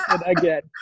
again